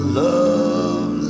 love